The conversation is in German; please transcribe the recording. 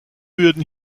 würden